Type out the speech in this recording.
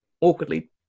awkwardly